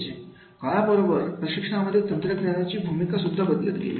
काळाबरोबर प्रशिक्षणामध्ये तंत्रज्ञानाची भूमिका बदलत गेली